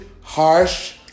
harsh